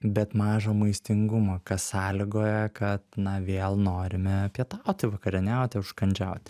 bet mažo maistingumo kas sąlygoja kad na vėl norime pietauti vakarieniauti užkandžiauti